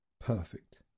perfect